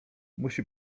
musi